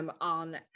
on